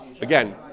again